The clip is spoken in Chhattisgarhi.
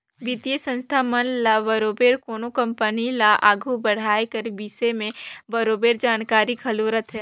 बित्तीय संस्था मन ल बरोबेर कोनो कंपनी ल आघु बढ़ाए कर बिसे में बरोबेर जानकारी घलो रहथे